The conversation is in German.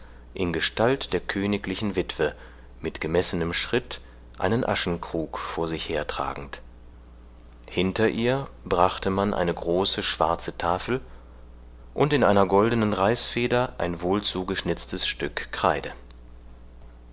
in gestalt der königlichen witwe mit gemessenem schritt einen aschenkrug vor sich hertragend hinter ihr brachte man eine große schwarze tafel und in einer goldenen reißfeder ein wohlzugeschnitztes stück kreide